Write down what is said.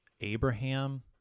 Abraham